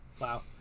wow